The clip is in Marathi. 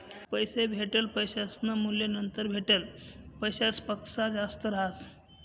पैले भेटेल पैसासनं मूल्य नंतर भेटेल पैसासपक्सा जास्त रहास